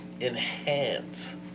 enhance